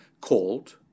called